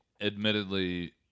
Admittedly